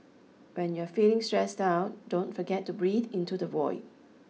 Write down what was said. when you are feeling stressed out don't forget to breathe into the void